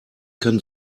kann